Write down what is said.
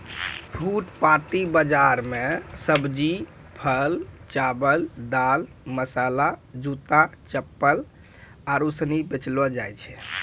फुटपाटी बाजार मे सब्जी, फल, चावल, दाल, मसाला, जूता, चप्पल आरु सनी बेचलो जाय छै